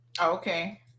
Okay